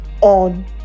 on